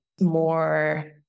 more